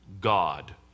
God